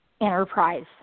enterprise